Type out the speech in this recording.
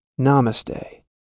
Namaste